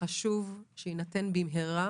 וחשוב שיינתן במהרה